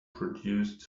produced